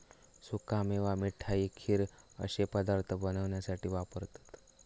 सुका मेवा मिठाई, खीर अश्ये पदार्थ बनवण्यासाठी वापरतत